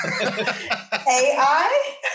AI